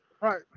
Right